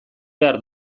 behar